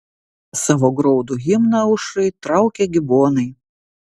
savo graudų himną aušrai traukia gibonai